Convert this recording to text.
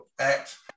ACT